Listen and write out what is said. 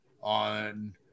on